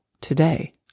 today